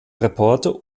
reporter